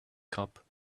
cup